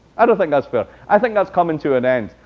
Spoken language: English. i don't think that's fair. i think that's coming to an end.